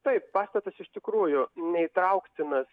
taip pastatas iš tikrųjų neįtrauktinas